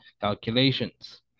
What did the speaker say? calculations